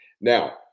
Now